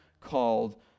called